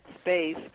space